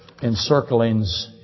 encirclings